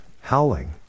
howling